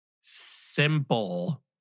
simple